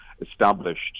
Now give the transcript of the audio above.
established